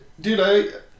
dude